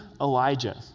Elijah